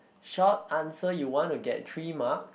short answer you wanna get three marks